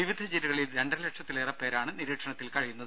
വിവിധ ജില്ലകളിൽ രണ്ടര ലക്ഷത്തിലേറെപ്പേരാണ് നിരീക്ഷണത്തിൽ കഴിയുന്നത്